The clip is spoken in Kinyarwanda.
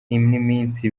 n’iminsi